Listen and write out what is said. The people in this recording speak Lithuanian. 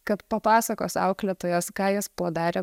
kad papasakos auklėtojos ką jis padarė